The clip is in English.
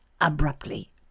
abruptly